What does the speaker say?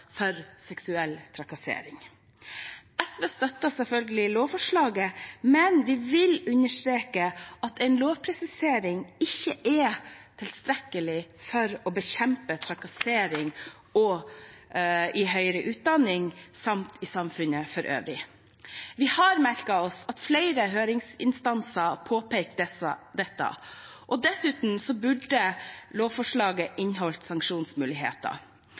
for seksuell trakassering. SV støtter selvfølgelig lovforslaget, men vi vil understreke at en lovpresisering ikke er tilstrekkelig for å bekjempe trakassering og seksuell trakassering i høyere utdanning samt i samfunnet for øvrig. Vi har merket oss at flere høringsinstanser påpeker dette. Dessuten burde lovforslaget ha inneholdt sanksjonsmuligheter.